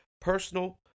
personal